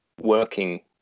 working